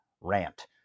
rant